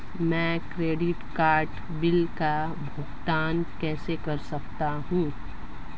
मैं credit card bill का भुगतान कैसे कर सकता हूं?